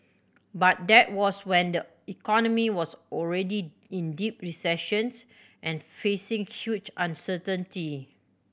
but that was when the economy was already in deep recessions and facing huge uncertainty